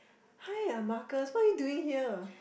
hi I'm Marcus what are you doing here